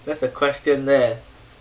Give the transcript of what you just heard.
that's a question there